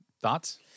Thoughts